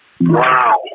Wow